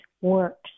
works